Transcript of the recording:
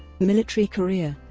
military career